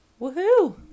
woohoo